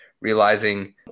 realizing